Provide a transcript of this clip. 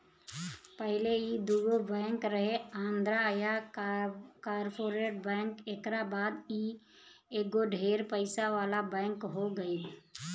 पहिले ई दुगो बैंक रहे आंध्रा आ कॉर्पोरेट बैंक एकरा बाद ई एगो ढेर पइसा वाला बैंक हो गईल